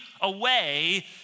away